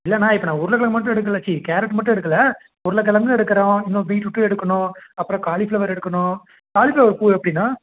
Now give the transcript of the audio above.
இல்லைண்ணா இப்போ உருளைக்கிழங்கு மட்டும் எடுக்கலை ச்சி கேரட் மட்டும் எடுக்கலை உருளைக்கிழங்கும் எடுக்கறோம் இன்னும் பீட்ரூட்டு எடுக்கணும் அப்புறோம் காலிபிளவர் எடுக்கணும் காலிபிளவர் பூ எப்படிண்ணா